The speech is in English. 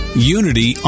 Unity